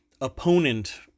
opponent